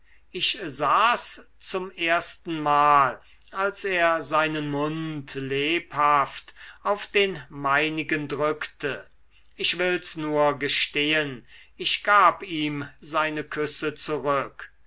ich sah's zum erstenmal als er seinen mund lebhaft auf den meinigen drückte ich will's nur gestehen ich gab ihm seine küsse zurück